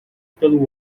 pelo